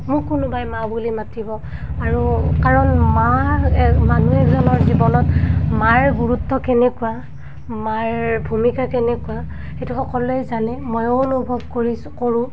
মোক কোনোবাই মা বুলি মাতিব আৰু কাৰণ মাৰ মানুহ এজনৰ জীৱনত মাৰ গুৰুত্ব কেনেকুৱা মাৰ ভূমিকা কেনেকুৱা সেইটো সকলোৱে জানে ময়ো অনুভৱ কৰিছোঁ কৰোঁ